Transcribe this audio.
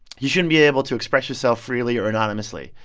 you shouldn't be able to express yourself freely or anonymously.